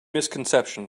misconception